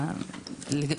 אלמנט?